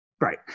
Right